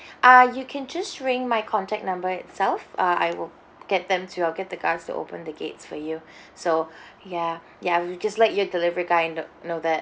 ah you can just ring my contact number itself uh I will get them to uh get the guards to open the gates for you so ya ya well just let your delivery guy know know that